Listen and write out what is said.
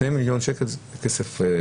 2 מיליון שקל זה כסף,